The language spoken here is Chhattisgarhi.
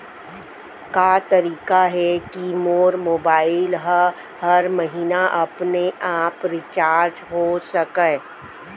का तरीका हे कि मोर मोबाइल ह हर महीना अपने आप रिचार्ज हो सकय?